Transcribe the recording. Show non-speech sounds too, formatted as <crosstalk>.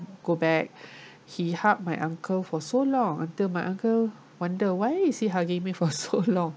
go back <breath> he hug my uncle for so long until my uncle wonder why is he hugging me for so long